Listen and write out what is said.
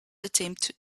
attempt